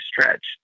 stretch